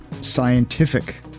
scientific